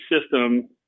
system